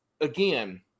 again